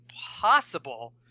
possible